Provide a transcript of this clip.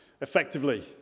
effectively